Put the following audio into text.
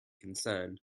concerned